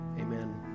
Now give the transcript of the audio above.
amen